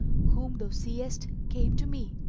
whom thou seest, came to me.